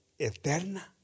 eterna